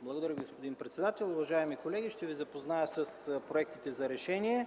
Благодаря Ви, господин председател. Уважаеми колеги, ще Ви запозная с проектите за решения: